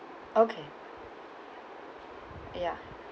okay ya